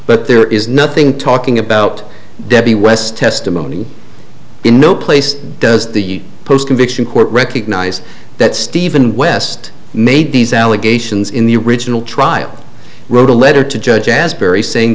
but there is nothing talking about debbie west testimony in no place does the post conviction court recognize that stephen west made these allegations in the original trial wrote a letter to judge asbury saying